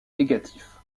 négatif